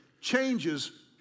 changes